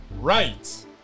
Right